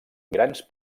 grans